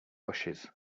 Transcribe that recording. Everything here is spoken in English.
bushes